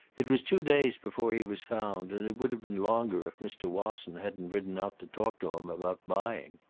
it was two days before he was found, and it would have been longer if mr. wasson hadn't ridden out to talk to him about buying.